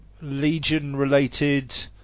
Legion-related